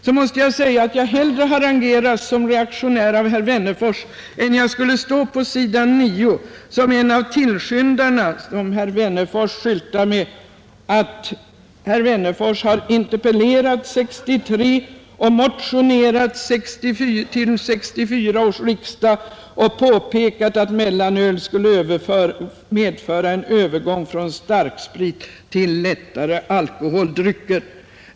Jag måste säga att jag hellre apostroferas som reaktionär av herr Wennerfors än jag såsom han på s. 9 i boken om mellanölet skyltar som interpellant 1963 och som motionär 1964 med påståenden om att mellanöl skulle medföra en övergång från starksprit till lättare alkoholdrycker.